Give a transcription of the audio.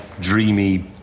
dreamy